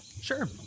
Sure